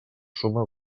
suma